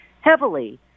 heavily